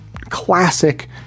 classic